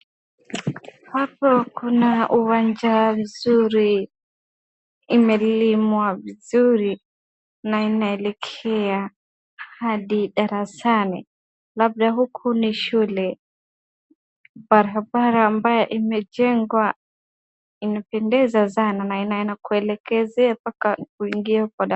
Hapa kuna uwanja nzuri imelimwa vizuri na inaelekea hadi darasani labda huku ni shule, barabara ambayo imejengwa inapendeza sana na inakulekezea mpaka kuingia kwa darasa.